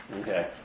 Okay